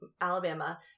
Alabama